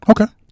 Okay